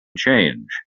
change